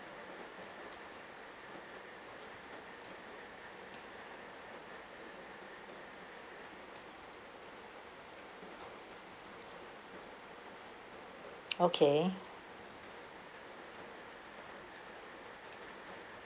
okay